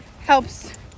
helps